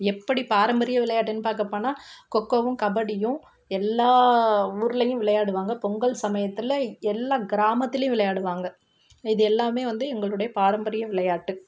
எப்படி பாரம்பரிய விளையாட்டுன்னு பார்க்க போனால் கொக்கோவும் கபடியும் எல்லா ஊர்லயும் விளையாடுவாங்கள் பொங்கல் சமயத்தில் எல்லாம் கிராமத்திலையும் விளையாடுவாங்கள் இது எல்லாமே வந்து எங்களுடைய பாரம்பரிய விளையாட்டு